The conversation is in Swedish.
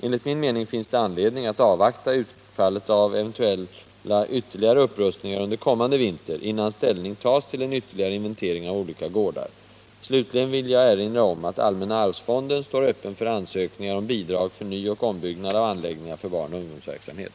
Enligt min mening finns det anledning att avvakta utfallet av eventuella ytterligare upprustningar under kommande vinter innan ställning tas till en ytterligare inventering av olika gårdar. Slutligen vill jag erinra om att allmänna arvsfonden står öppen för ansökningar om bidrag för nyoch ombyggnad av anläggningar för barnoch ungdomsverksamhet.